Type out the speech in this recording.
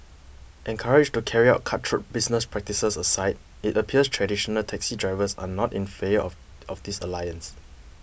encouraged to carry out cutthroat business practices aside it appears traditional taxi drivers are not in favour of of this alliance